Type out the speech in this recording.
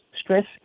Stress